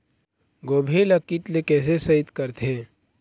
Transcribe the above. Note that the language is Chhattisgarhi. गोभी ल कीट ले कैसे सइत करथे?